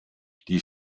die